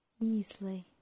easily